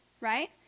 right